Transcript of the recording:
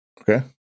Okay